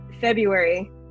February